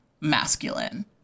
masculine